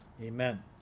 Amen